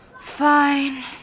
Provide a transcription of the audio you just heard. Fine